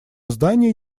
здании